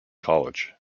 college